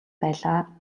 байлаа